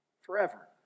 forever